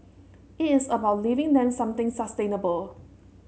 it is about leaving them something sustainable